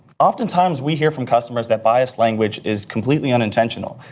oftentimes, we hear from customers that bias language is completely unintentional.